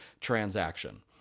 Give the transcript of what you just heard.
transaction